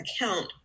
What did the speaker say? account